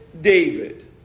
David